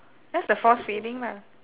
that's the force feeding lah